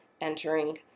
entering